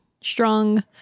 strong